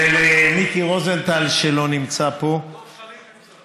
ולמיקי רוזנטל, שלא נמצא פה, דב חנין נמצא פה.